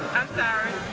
sorry,